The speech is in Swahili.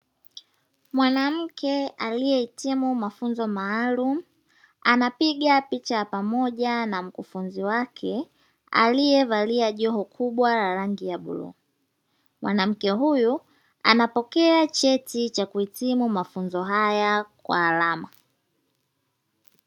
Mwanamke aliyehitimu mafunzo maalumu anapiga picha ya pamoja na mkufunzi wake aliyevalia joho kubwa la rangi ya bluu, mwanamke huyu anapokea cheti cha kuhitimu mafunzo haya kwa alama.